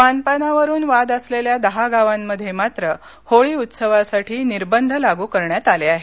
मानपानावरून वाद असलेल्या दहा गावांमध्ये मात्र होळी उत्सवासाठी निर्बंध लागू करण्यात आले आहेत